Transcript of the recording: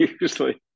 usually